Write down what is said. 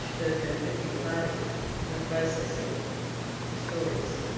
the conflicting parties are processing the stories.